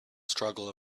struggle